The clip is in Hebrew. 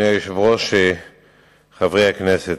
אדוני היושב-ראש, חברי הכנסת,